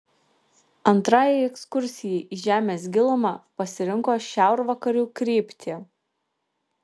antrajai ekskursijai į žemės gilumą pasirinko šiaurvakarių kryptį